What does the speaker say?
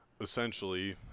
essentially